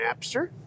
Napster